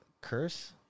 curse